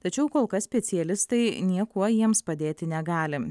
tačiau kol kas specialistai niekuo jiems padėti negali